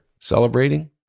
celebrating